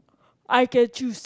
I can choose